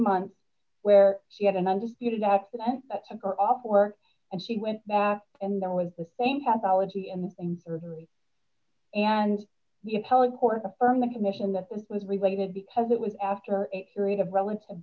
months where she had an undisputed accident that took her off work and she went back and there was the same have elegy in the same surgery and you held court affirming the condition that this was related because it was after a period of relative